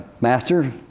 Master